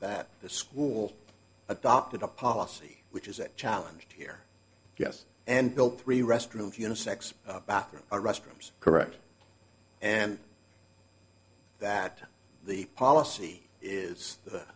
that the school adopted a policy which is a challenge here yes and built three restrooms unisex bathroom restrooms correct and that the policy is the